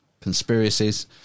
conspiracies